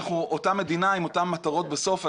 אנחנו אותה מדינה עם אותן מטרות בסוף,